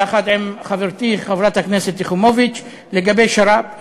יחד עם חברתי חברת הכנסת יחימוביץ, לגבי שר"פ.